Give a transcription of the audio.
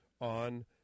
on